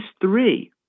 three